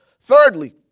thirdly